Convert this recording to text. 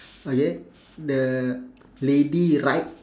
okay the lady right